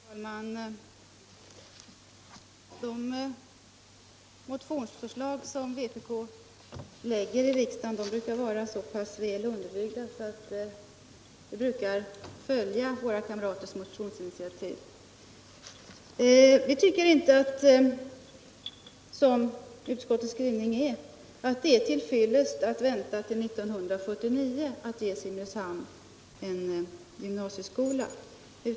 Herr talman! De motionsförslag som vpk lägger fram i riksdagen brukar vara så väl underbyggda att vi följer våra partikamraters motionsinitiativ. Vi tycker inte att det är till fyllest att, som utskottet skriver, vänta till 1979 med att ge Simrishamn en gymnasieskola.